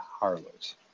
harlot